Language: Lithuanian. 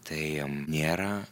tai nėra